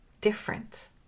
different